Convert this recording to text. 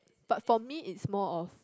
but for me is more of